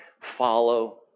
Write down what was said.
follow